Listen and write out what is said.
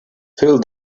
fill